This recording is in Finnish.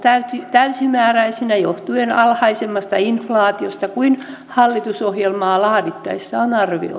täysimääräisinä johtuen alhaisemmasta inflaatiosta kuin mitä hallitusohjelmaa laadittaessa on arvioitu